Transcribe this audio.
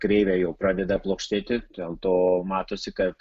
kreivė jau pradeda plokštėti dėl to matosi kad